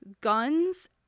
guns